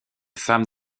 femme